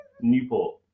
Newport